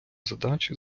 задачі